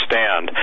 Stand